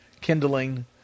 kindling